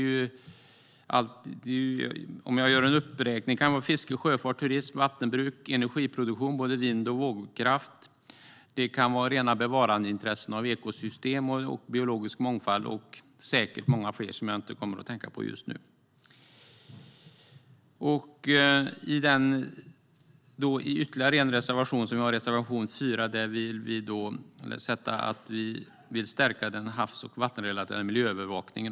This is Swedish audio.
Jag kan räkna upp fiske, sjöfart, turism, vattenbruk och energiproduktion - både vind och vågkraft - och det kan vara rena bevarandeintressen när det gäller ekosystem, biologisk mångfald och säkert mycket annat som jag inte kommer att tänka på just nu. Vi har ytterligare en reservation. Den handlar om att vi vill stärka den havs och vattenrelaterade miljöövervakningen.